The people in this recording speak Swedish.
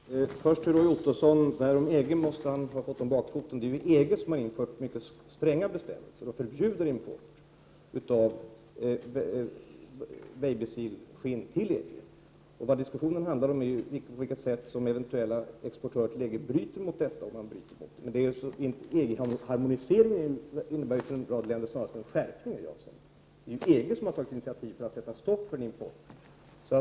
Herr talman! Jag vill först till Roy Ottosson säga att han måste ha fått det som sagts rörande EG om bakfoten. Det är ju EG som har infört mycket stränga bestämmelser och förbud mot import av babysälskinn till EG länderna. Vad diskussionen handlar om är på vilket sätt de som exporterar till EG-länderna bryter mot dessa bestämmelser. Men EG-harmoniseringen innebär ju snarare en skärpning för en rad länder. Det är ju EG som har tagit initiativet till att sätta stopp för importen.